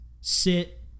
sit